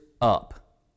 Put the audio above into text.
up